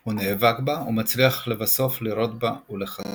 הוא נאבק בה ומצליח לבסוף לירות בה ולחסלה.